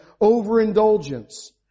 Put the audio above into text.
Overindulgence